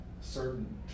certain